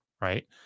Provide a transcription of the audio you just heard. right